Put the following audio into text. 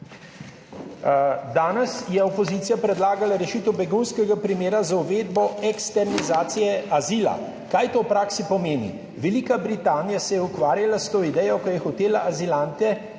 Danes je opozicija predlagala rešitev begunskega primera z uvedbo ekstermizacije(?) azila. Kaj to v praksi pomeni? Velika Britanija se je ukvarjala s to idejo, ko je hotela azilante